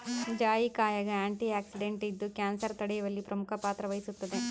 ಜಾಯಿಕಾಯಾಗ ಆಂಟಿಆಕ್ಸಿಡೆಂಟ್ ಇದ್ದು ಕ್ಯಾನ್ಸರ್ ತಡೆಯುವಲ್ಲಿ ಪ್ರಮುಖ ಪಾತ್ರ ವಹಿಸುತ್ತದೆ